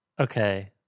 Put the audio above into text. Okay